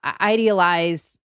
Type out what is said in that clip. idealize